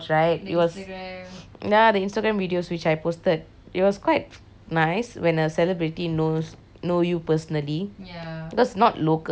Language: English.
ya the instagram videos which I posted it was quite nice when a celebrity knows know you personally cause not local I mean he's not singaporean or what